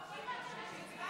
נחמן שי,